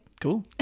Cool